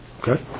okay